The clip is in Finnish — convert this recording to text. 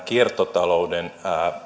kiertotalouden